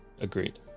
Agreed